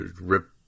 rip